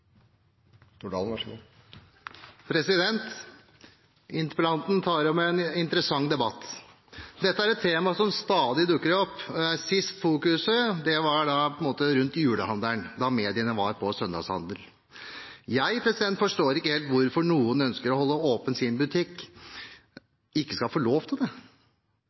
et tema som stadig dukker opp. Sist det var fokus på dette i mediene, var rundt julehandelen. Jeg forstår ikke helt hvorfor noen som ønsker å holde åpen sin butikk, ikke skal få lov til det.